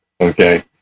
okay